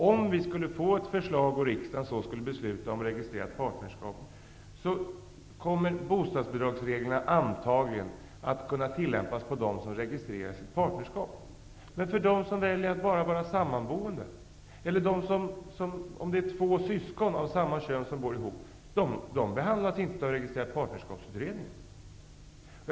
Om vi skulle få ett förslag, och riksdagen skulle besluta om registrerat partnerskap, kommer bostadsbidragsreglerna antagligen att kunna tillämpas på dem som registrerar sitt partnerskap. Men de som väljer att bara vara sammanboende, eller syskon av samma kön som bor ihop, behandlas inte av utredningen om registrerat partnerskap.